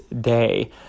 day